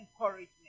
encouragement